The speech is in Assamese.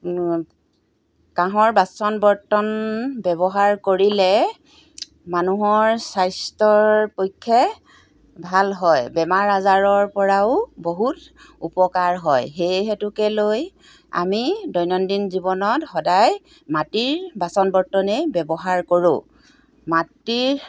কাঁহৰ বাচন বৰ্তন ব্যৱহাৰ কৰিলে মানুহৰ স্বাস্থ্যৰপক্ষে ভাল হয় বেমাৰ আজাৰৰপৰাও বহুত উপকাৰ হয় সেই হেতুকে লৈ আমি দৈনন্দিন জীৱনত সদায় মাটিৰ বাচন বৰ্তনেই ব্যৱহাৰ কৰোঁ মাটিৰ